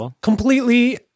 completely